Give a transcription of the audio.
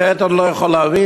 אחרת, אני לא יכול להבין.